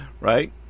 Right